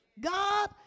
God